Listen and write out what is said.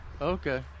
Okay